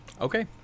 Okay